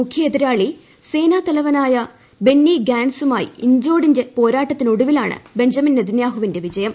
മുഖ്യ എതിരാളി സേനാ തലവനായ ബെന്നി ഗാന്റ്സുമായി ഇഞ്ചോടിഞ്ച് പോരാട്ടത്തിനൊടുവിലാണ് ബെഞ്ചമിൻ നെതന്യാഹുവിന്റെ വിജയം